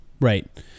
right